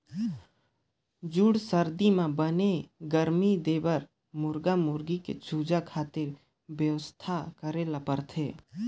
जूड़ सरदी म बने गरमी देबर मुरगा मुरगी के चूजा खातिर बेवस्था करे ल परथे